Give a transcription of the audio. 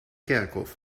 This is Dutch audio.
kerkhof